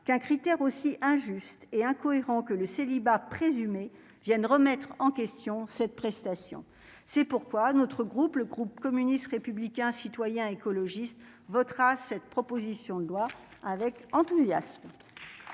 qu'un critère aussi injuste et incohérent que le célibat présumés viennent remettre en question cette prestation, c'est pourquoi notre groupe, le groupe communiste, républicain, citoyen écologiste votera cette proposition de loi avec enthousiasme.